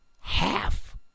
half